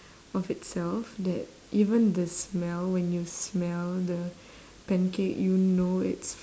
of itself that even the smell when you smell the pancake you know it's